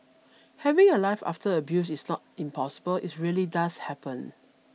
having a life after abuse is not impossible it's really does happen